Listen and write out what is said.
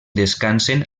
descansen